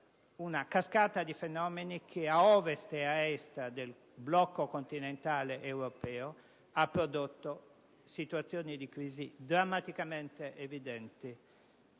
una cascata di fenomeni che a Ovest e a Est del blocco continentale europeo ha prodotto situazioni di crisi drammaticamente evidenti